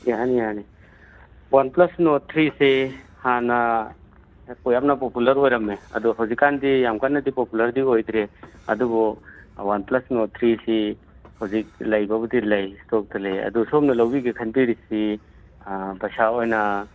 ꯌꯥꯅꯤ ꯌꯥꯅꯤ OnePlus Nord ꯊ꯭ꯔꯤꯁꯦ ꯍꯥꯟꯅ ꯑꯩꯈꯣꯏ ꯌꯥꯝꯅ ꯄꯣꯄꯨꯂꯔ ꯑꯣꯏꯔꯝꯃꯦ ꯑꯗꯨ ꯍꯧꯖꯤꯛ ꯀꯥꯟꯗꯤ ꯌꯥꯝ ꯀꯟꯅꯗꯤ ꯄꯣꯄꯨꯂꯔꯗꯤ ꯑꯣꯏꯗ꯭ꯔꯦ ꯑꯗꯨꯕꯨ ꯋꯥꯟ ꯄ꯭ꯂꯁ ꯅꯣꯔꯗ ꯊ꯭ꯔꯤꯁꯤ ꯍꯧꯖꯤꯛ ꯂꯩꯕꯕꯨꯗꯤ ꯂꯩ ꯁ꯭ꯇꯣꯛꯇ ꯂꯩ ꯑꯗꯨ ꯁꯣꯝꯅ ꯂꯧꯕꯤꯒꯦ ꯈꯟꯕꯤꯔꯤꯁꯤ ꯄꯩꯁꯥ ꯑꯣꯏꯅ